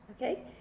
Okay